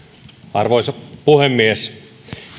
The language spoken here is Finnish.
arvoisa puhemies